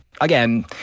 again